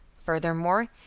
furthermore